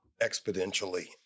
exponentially